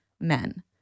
men